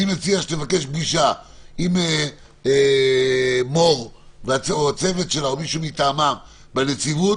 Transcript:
אני מציע שתבקש פגישה עם מור או עם מישהו מטעמה בנציבות,